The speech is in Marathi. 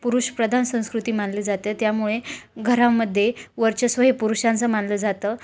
पुरुषप्रधान संस्कृती मानली जाते त्यामुळे घरामध्ये वर्चस्व हे पुरुषांचं मानलं जातं